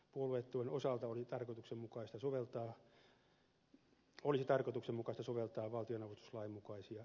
puoluetuen osalta olisi tarkoituksenmukaista soveltaa valtionavustuslain mukaisia menettelyjä